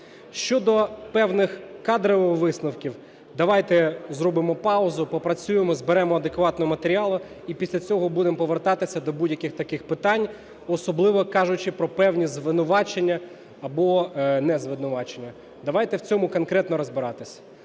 Щодо певних кадрових висновків. Давайте зробимо паузу, попрацюємо, зберемо адекватно матеріал - і після цього будемо повертатися до будь-яких таких питань, особливо кажучи про певні звинувачення або незвинувачення. Давайте в цьому конкретно розбиратись.